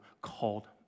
called